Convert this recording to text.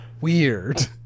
Weird